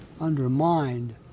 undermined